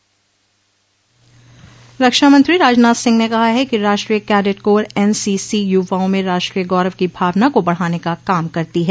रक्षामंत्री राजनाथ सिंह ने कहा है कि राष्ट्रीय कैडेट कोर एनसीसी युवाओं में राष्ट्रीय गौरव की भावना का बढ़ाने का काम करती है